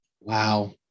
Wow